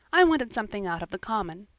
i wanted something out of the common.